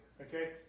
Okay